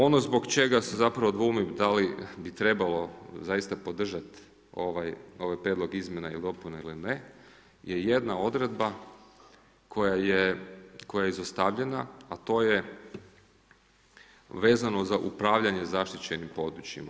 Ono zbog čega se zapravo dvoumim da li bi trebalo zaista podržati ovaj prijedlog izmjena i dopuna ili ne, je jedna odredba koja je izostavljena a to je vezano za upravljanje zaštićenim područjima.